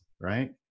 right